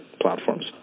platforms